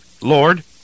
Lord